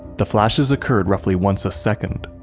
the flashes occurred roughly once a second,